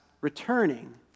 returning